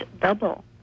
double